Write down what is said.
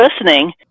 listening